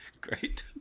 great